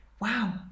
wow